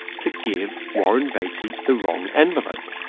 to give warren beatty the wrong envelope.